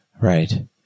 Right